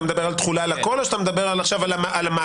אתה מדבר על תחולה על הכל או שאתה מדבר עכשיו על המאגר?